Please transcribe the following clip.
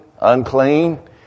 Unclean